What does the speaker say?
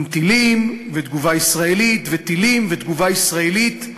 עם טילים ותגובה ישראלית, וטילים ותגובה ישראלית,